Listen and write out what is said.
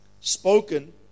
spoken